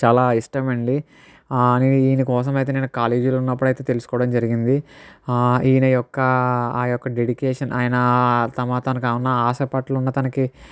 చాలా ఇష్టమండి నేను ఈయన కోసమైతే నేను కాలేజీలో ఉన్నప్పుడు అయితే తెలుసుకోవడం జరిగింది ఈయన యొక్క ఆ యొక్క డెడికేషన్ ఆయన తమన తన ఆశ పట్ల ఉన్న తనకి